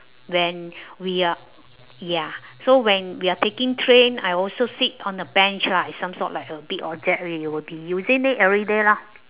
when we are ya so when we're taking train I also sit on the bench lah it's some sort of big object that we will be using it everyday lah